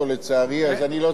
אין הסתייגויות.